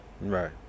Right